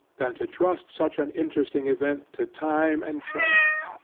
than to trust such an interesting event to time and chance.